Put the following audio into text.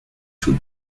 should